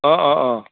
অঁ অঁ অঁ